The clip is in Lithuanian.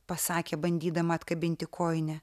pasakė bandydama atkabinti kojinę